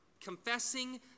confessing